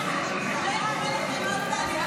לוועדה את הצעת חוק-יסוד: